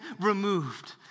removed